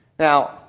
Now